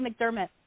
McDermott